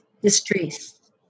distress